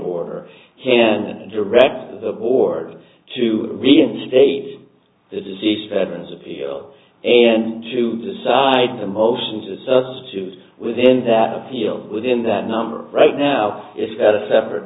or canada directed toward to reinstate the deceased veterans appeal and to decide the motion to substitute within that appeal within that number right now is that a separate